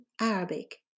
Arabic